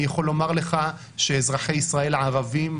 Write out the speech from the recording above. אזרחי ישראל הערבים,